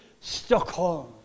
Stockholm